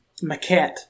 maquette